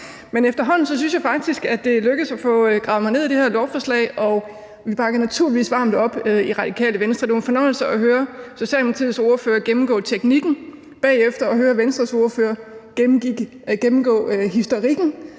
Men efterhånden synes jeg faktisk, at det er lykkedes at få gravet mig ned i det her lovforslag. Og vi bakker naturligvis varmt op i Radikale Venstre. Det var en fornøjelse at høre Socialdemokratiets ordfører gennemgå teknikken, bagefter at høre Venstres ordfører gennemgå historikken